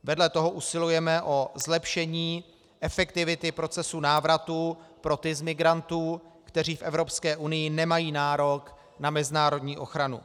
Vedle toho usilujeme o zlepšení efektivity procesu návratu pro ty z migrantů, kteří v Evropské unii nemají nárok na mezinárodní ochranu.